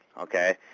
okay